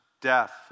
death